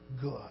good